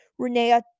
Renea